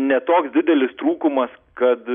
ne toks didelis trūkumas kad